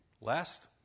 last